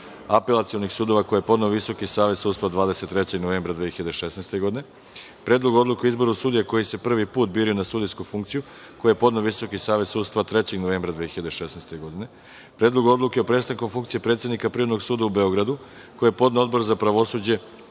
apelacionih sudova, koji je podneo Visoki savet sudstva, 23. novembra 2016. godine; Predlog odluke o izboru sudija koji se prvi put biraju na sudijsku funkciju, koji je podneo Visoki savet sudstva, 3. novembra, 2016. godine; Predlog odluke o prestanku funkcije predsednika Privrednog suda u Beogradu, koji je podneo Odbor za pravosuđe,